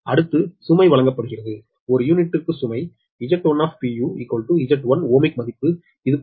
அடுத்து சுமை வழங்கப்படுகிறது ஒரு யூனிட் க்கு சுமை Z1 Z1 ஓமிக் மதிப்பு இது 0